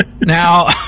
Now